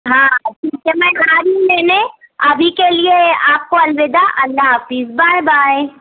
ہاں ٹھیک ہے میں جا رہی ہوں لینے ابھی کے لیے آپ کو الوداع اللہ حافظ بائے بائے